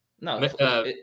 No